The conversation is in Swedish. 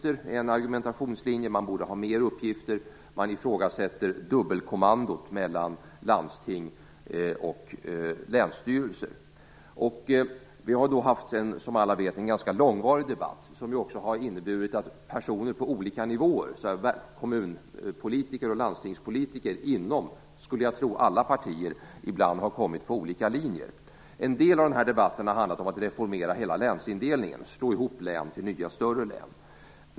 En argumentationslinje gäller att de har för få uppgifter. De borde ha fler uppgifter. Dubbelkommandot mellan landsting och länsstyrelse ifrågasätts. Vi har som alla vet haft en ganska långvarig debatt, som också har inneburit att personer på olika nivåer, dvs. kommun och landstingspolitiker inom alla partier, ibland har kommit på olika linjer. En del av denna debatt har handlat om att reformera hela länsindelningen och slå ihop län till nya större län.